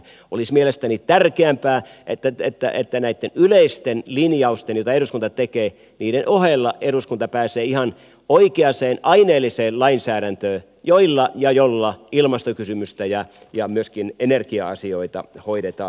olisi mielestäni tärkeämpää että näitten yleisten linjausten joita eduskunta tekee ohella eduskunta pääsee ihan oikeaan aineelliseen lainsäädäntöön jolla ilmastokysymystä ja myöskin energia asioita hoidetaan